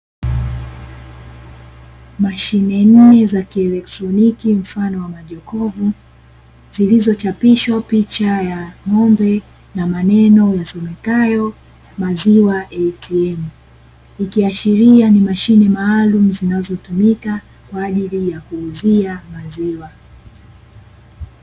Mashine nne za kieletroniki mfano wa majokofu, zilizochapishwa picha ya ng'ombe na maneno yasomekwayo "maziwa atm", ikiashiria ni mashine maalumu zinazotumika kwa ajili ya kuuzia maziwa.